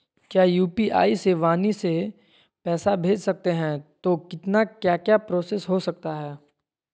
क्या यू.पी.आई से वाणी से पैसा भेज सकते हैं तो कितना क्या क्या प्रोसेस हो सकता है?